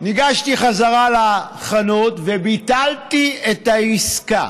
ניגשתי בחזרה לחנות וביטלתי את העסקה.